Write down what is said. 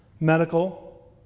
medical